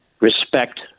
respect